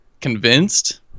convinced